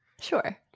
Sure